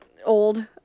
old